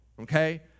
Okay